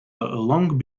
long